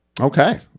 Okay